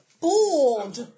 Bored